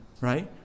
right